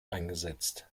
eingesetzt